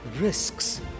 risks